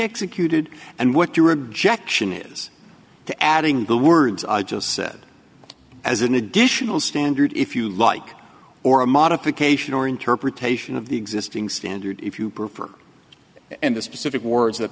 executed and what your objection is to adding the words i just said as an additional standard if you like or a modification or interpretation of the existing standard if you prefer and the specific words that